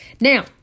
Now